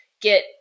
get